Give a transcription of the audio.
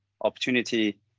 opportunity